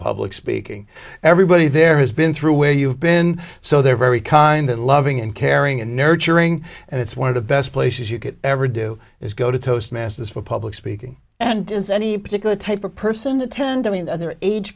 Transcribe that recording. public speaking everybody there has been through where you've been so they're very kind and loving and caring and nurturing and it's one of the best places you could ever do is go to toastmasters for public speaking and does any particular type of person attend i mean other age